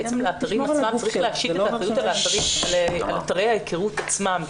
צריך להשית את האחריות על אתרי ההיכרות עצמם,